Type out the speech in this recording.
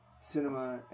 cinema